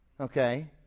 okay